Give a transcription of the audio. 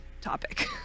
topic